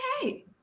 okay